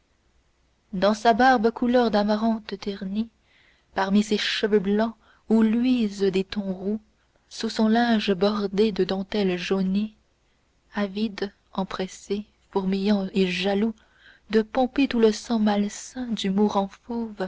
dans sa barbe couleur d'amarante ternie parmi ses cheveux blancs où luisent des tons roux sous son linge bordé de dentelle jaunie avides empressés fourmillants et jaloux de pomper tout le sang malsain du mourant fauve